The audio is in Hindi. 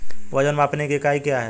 वजन मापने की इकाई क्या है?